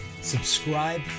Subscribe